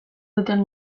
duten